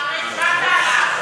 הצבעת עליו.